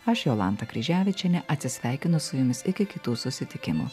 aš jolanta kryževičienė atsisveikinu su jumis iki kitų susitikimų